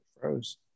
froze